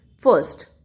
First